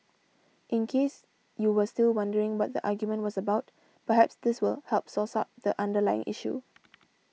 in case you were still wondering what the argument was about perhaps this will help source out the underlying issue